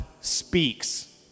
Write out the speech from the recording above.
speaks